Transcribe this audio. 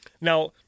Now